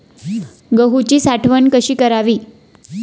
गहूची साठवण कशी करावी?